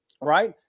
right